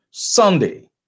Sunday